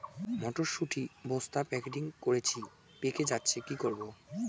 মটর শুটি বস্তা প্যাকেটিং করেছি পেকে যাচ্ছে কি করব?